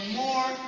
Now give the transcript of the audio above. more